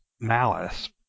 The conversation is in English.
Malice